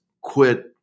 quit